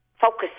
focus